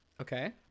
Okay